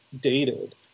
dated